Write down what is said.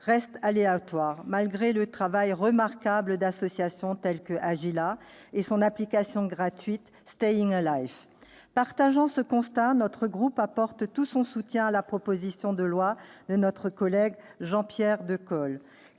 reste aléatoire, malgré le travail remarquable d'associations telles que AJILA et son application gratuite « Staying Alive ». Partageant ce constat, notre groupe apporte tout son soutien à la proposition de loi de notre collègue Jean-Pierre Decool,